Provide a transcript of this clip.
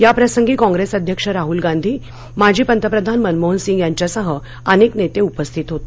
याप्रसंगी काँप्रेस अध्यक्ष राहल गांधी माजी पंतप्रधान मनमोहन सिंग यांच्यासह अनेक नेते उपस्थित होते